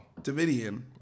Davidian